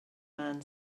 man